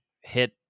hit